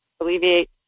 Alleviate